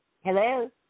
Hello